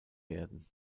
werden